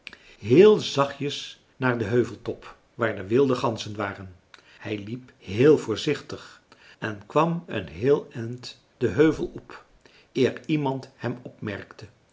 heel zachtjes naar den heuveltop waar de wilde ganzen waren hij liep heel voorzichtig en kwam een heel eind den heuvel op eer iemand hem opmerkte